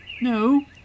No